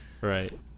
right